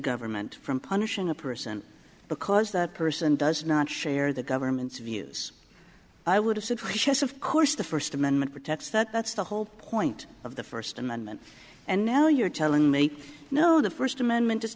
government from punishing a person because that person does not share the government's views i would have said precious of course the first amendment protects that that's the whole point of the first amendment and now you're telling me no the first amendment